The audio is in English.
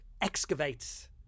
excavates